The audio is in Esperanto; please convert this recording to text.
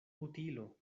utilo